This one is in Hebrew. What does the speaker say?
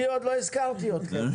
אני עוד לא הזכרתי אתכם,